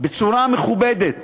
בצורה מכובדת